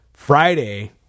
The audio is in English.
Friday